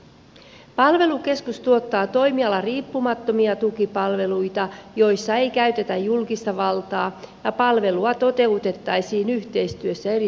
palvelukeskus tuottaa toimialariippumattomia tukipalveluita joissa ei käytetä julkista valtaa ja palvelua toteutettaisiin yhteistyössä eri toimijoiden kesken